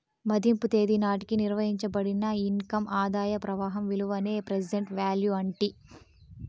మదింపు తేదీ నాటికి నిర్వయించబడిన ఇన్కమ్ ఆదాయ ప్రవాహం విలువనే ప్రెసెంట్ వాల్యూ అంటీ